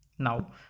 Now